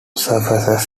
surfaces